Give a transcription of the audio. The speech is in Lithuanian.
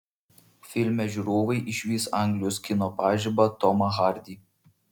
filme žiūrovai išvys anglijos kino pažibą tomą hardy